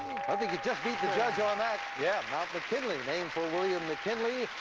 i think you just beat the judge on that. yeah, mount mckinley named for william mckinley.